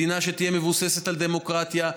מדינה שתהיה מבוססת על דמוקרטיה,